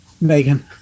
megan